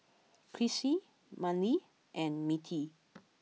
Crissy Mannie and Mettie